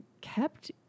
kept